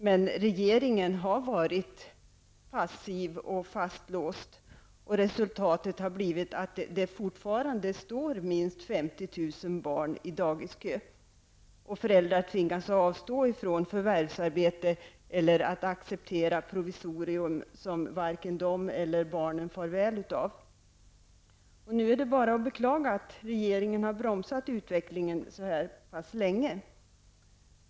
Men regeringen har varit passiv och fastlåst. Resultatet har blivit att det fortfarande står minst 50 000 barn i dagiskö. Föräldrar tvingas att avstå från förvärvsarbete eller att acceptera provisorier som varken de eller barnen far väl av. Nu är det bara att beklaga att regeringen har bromsat utvecklingen så pass länge.